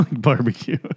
barbecue